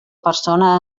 persona